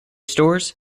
stores